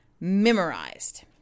memorized